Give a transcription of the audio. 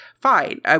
fine